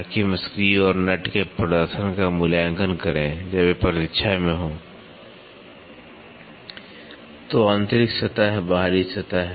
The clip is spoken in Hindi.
ताकि हम स्क्रू और नट के प्रदर्शन का मूल्यांकन करें जब वे प्रतीक्षा में हों तो आंतरिक सतह बाहरी सतह